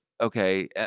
okay